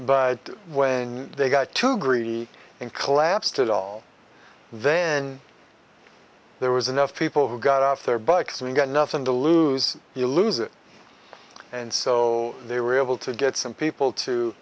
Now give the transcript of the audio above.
but when they got too greedy and collapsed it all then there was enough people who got off their bikes and got nothing to lose you lose it and so they were able to get some people